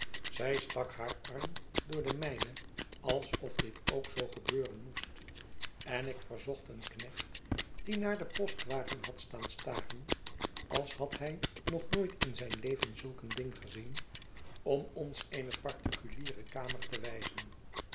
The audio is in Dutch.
zij stak haar arm door den mijnen alsof dit ook zoo gebeuren moest en ik verzocht een knecht die naar den postwagen had staan staren als had hij nog nooit in zijn leven zulk een ding gezien om ons eene particuliere kamer te wijzen